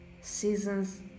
Seasons